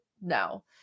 No